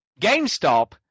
GameStop